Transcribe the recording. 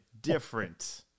different